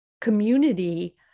community